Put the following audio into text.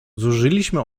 zużyliśmy